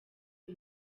nto